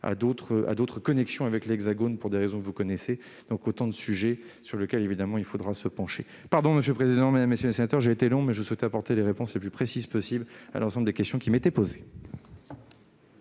d'autres connexions avec l'Hexagone, pour les raisons que vous connaissez. Autant de sujets sur lesquels nous devrons évidemment nous pencher ... Pardonnez-moi, monsieur le président, mesdames, messieurs les sénateurs, j'ai été un peu long, mais je souhaitais apporter les réponses les plus précises possible à l'ensemble des questions qui m'ont été posées.